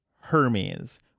Hermes